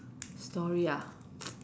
story ah